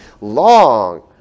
long